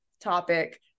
topic